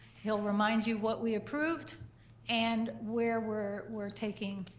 he'll remind you what we approved and where we're we're taking